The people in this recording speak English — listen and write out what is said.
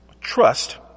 trust